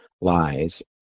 lies